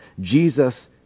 Jesus